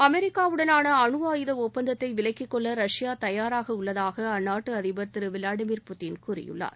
அமெரிக்காவுடனான அனு ஆயுத ஒப்பந்தத்தை விலக்கிக்கொள்ள ரஷ்யா தயாராக உள்ளதாக அந்நாட்டு அதிபர் திரு விளாடிமீர் புட்டின் கூறியுள்ளார்